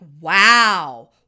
Wow